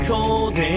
Cold